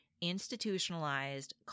institutionalized